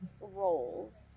roles